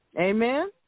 Amen